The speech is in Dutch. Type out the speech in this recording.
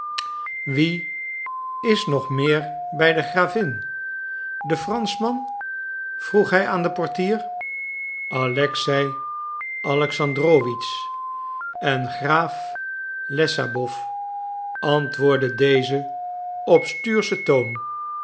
wie is nog meer bij de gravin de franschman vroeg hij aan den portier alexei alexandrowitsch en graaf lessabow antwoordde deze op stuurschen toon